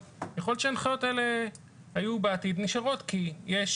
יכול להיות שההנחיות האלה היו בעתיד נשארות כי יש